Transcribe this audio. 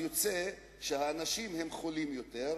יוצא שהאנשים חולים יותר,